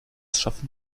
schaffen